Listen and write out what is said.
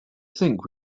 think